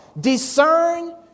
Discern